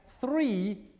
three